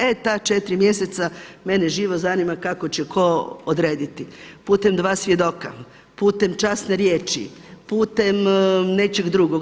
E ta 4 mjeseca mene živo zanima kako će tko odrediti putem dva svjedoka, putem časne riječi, putem nečeg drugog.